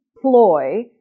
ploy